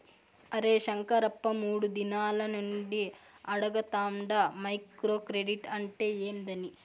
అరే శంకరప్ప, మూడు దినాల నుండి అడగతాండ మైక్రో క్రెడిట్ అంటే ఏందని